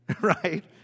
right